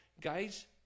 guys